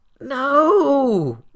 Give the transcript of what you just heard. no